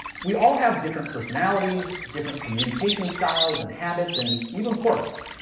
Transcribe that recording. we all have different personalities, different communication styles and habits and even quirks.